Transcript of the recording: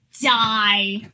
Die